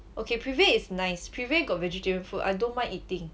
okay Prive is nice Prive got vegetarian food I don't mind eating